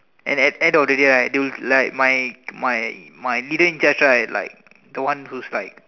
and at at end of the day right they will like my my my leader in charge the one who's like